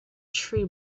tree